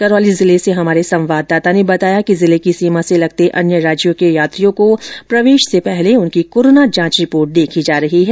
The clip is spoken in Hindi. करौली जिले से हमारे संवाददाता ने बताया कि जिले की सीमा से लगते अन्य राज्यों के यात्रियों को प्रवेश से पहले उनकी कोरोना जांच रिपोर्ट देखी जा रही है